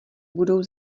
budou